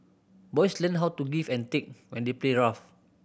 boys learn how to give and take when they play rough